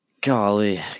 Golly